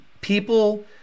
people